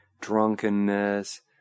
drunkenness